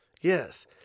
Yes